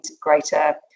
greater